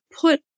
put